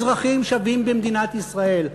אזרחים שווים במדינת ישראל.